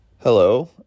Hello